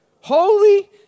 Holy